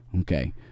Okay